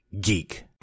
geek